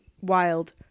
wild